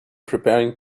preparing